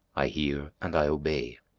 i hear and i obey.